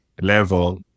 level